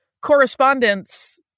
correspondence